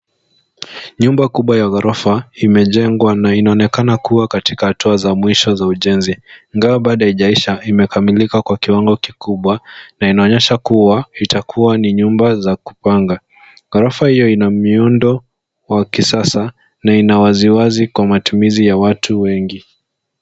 Nyumba kubwa ya ghorofa imejengwa na inaonekana kuwa katika hatua za mwisho za ujenzi, ingawa bado haijaisha, imekamilika kwa kiwango kikubwa na inonyesha kuwa itakuwa ni nyumba za kupanga. Ghorofa hiyo ina miundo wa kisasa na ina waziwazi kwa matumizi ya watu wengi.